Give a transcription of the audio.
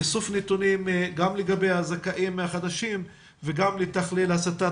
איסוף נתונים גם לגבי הזכאים החדשים וגם לתכלל הסטת